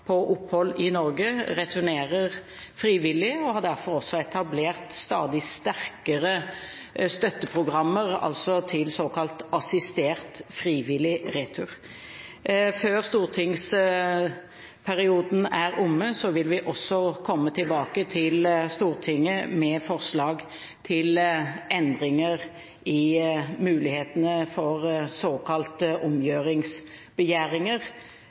på opphold i Norge, returnerer frivillig, og har derfor også etablert stadig sterkere støtteprogrammer til såkalt assistert frivillig retur. Før stortingsperioden er omme, vil vi også komme tilbake til Stortinget med forslag til endringer i mulighetene for såkalte omgjøringsbegjæringer.